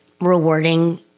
rewarding